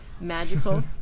magical